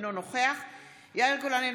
אינו נוכח יאיר גולן,